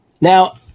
Now